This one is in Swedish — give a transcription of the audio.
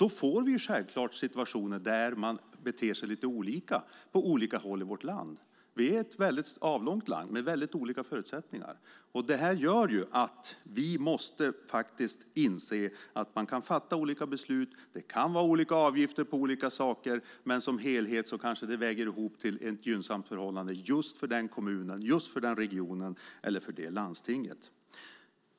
Då får vi självklart situationer där man beter sig lite olika på olika håll i vårt land. Vi är ett mycket avlångt land, med väldigt olika förutsättningar. Det här gör ju att vi faktiskt måste inse att man kan fatta olika beslut. Det kan vara olika avgifter på saker, men som helhet kanske det vägs ihop till ett gynnsamt förhållande just för den kommunen, just för den regionen eller för det landstinget.